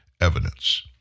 evidence